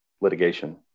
litigation